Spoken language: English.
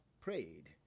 prayed